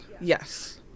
yes